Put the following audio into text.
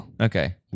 Okay